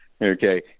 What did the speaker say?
okay